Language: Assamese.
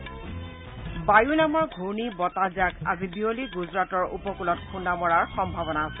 বায়ু নামৰ ঘূৰ্ণি বতাহজাক আজি বিয়লি গুজৰাটৰ উপকূলত খুন্দা মৰাৰ সম্ভাৱনা আছে